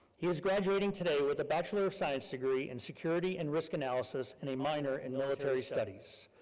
he's graduating today with a bachelor of science degree in security and risk analysis and a minor in military studies.